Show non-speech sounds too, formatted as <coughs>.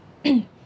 <coughs>